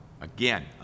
Again